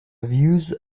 views